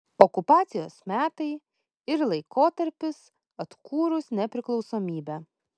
okupacijos metai ir laikotarpis atkūrus nepriklausomybę